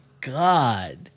God